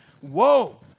whoa